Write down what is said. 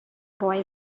boy